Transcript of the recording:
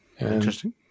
Interesting